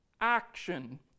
action